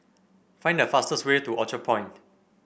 find the fastest way to Orchard Point